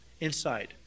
inside